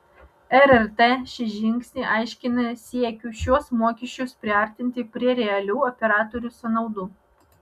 rrt šį žingsnį aiškina siekiu šiuos mokesčius priartinti prie realių operatorių sąnaudų